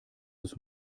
des